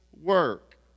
work